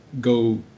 go